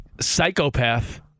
psychopath